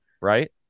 Right